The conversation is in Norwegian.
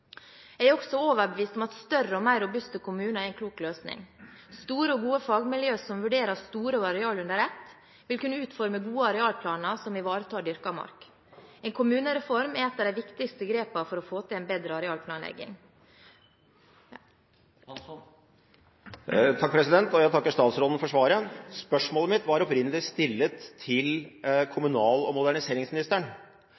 Jeg er også overbevist om at større og mer robuste kommuner er en klok løsning. Store og gode fagmiljøer som vurderer store arealer under ett, vil kunne utforme gode arealplaner som ivaretar dyrket mark. En kommunereform er et av de viktigste grepene for å få til en bedre arealplanlegging. Jeg takker statsråden for svaret. Spørsmålet mitt var opprinnelig stilt til